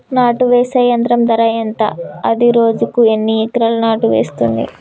నాటు వేసే యంత్రం ధర ఎంత? అది రోజుకు ఎన్ని ఎకరాలు నాటు వేస్తుంది?